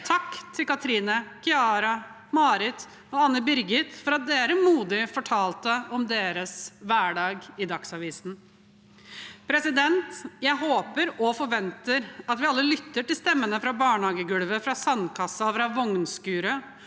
Takk til Kathrine, Chiara, Marit og Anne Birgit for at dere modig fortalte om deres hverdag i Dagsavisen. Jeg håper og forventer at vi alle lytter til stemmene fra barnehagegulvet, fra sandkassa og fra vognskuret,